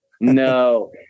no